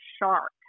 shark